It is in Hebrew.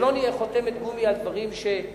שלא נהיה חותמת גומי על דברים שמביאים,